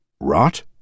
rot